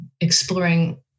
exploring